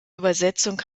übersetzung